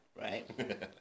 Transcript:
right